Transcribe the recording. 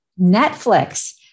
Netflix